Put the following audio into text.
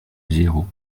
zéro